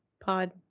pod